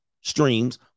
streams